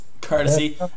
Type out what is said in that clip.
Courtesy